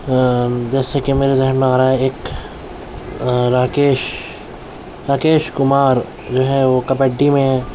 جیسے کہ میرے ذہن میں آ رہا ہے ایک راکیش راکیش کمار جو ہے وہ کبڈی میں